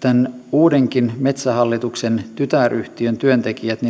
tämän uudenkin metsähallituksen tytär yhtiön työntekijät